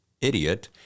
idiot